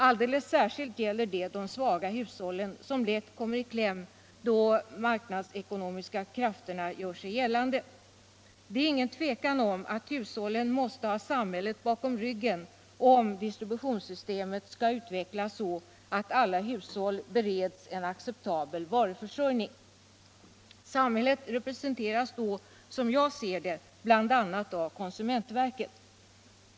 Alldeles särskilt gäller det de svaga hushållen, som lätt kommer i kläm då de marknadsekonomiska krafterna gör sig gällande. Det råder inget tvivel om att hushållen måste ha samhället bakom ryggen, om distributionssystemet skall utvecklas så att alla hushåll bereds en acceptabel varuförsörjning. Samhället representeras då, som jag ser det, bl.a. av konsumentverket.